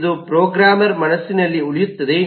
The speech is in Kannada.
ಇದು ಪ್ರೋಗ್ರಾಮರ್ ಮನಸ್ಸಿನಲ್ಲಿ ಉಳಿಯುತ್ತದೆ